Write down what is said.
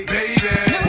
Baby